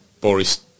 Boris